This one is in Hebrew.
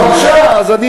אז בבקשה.